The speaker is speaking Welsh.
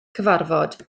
cyfarfod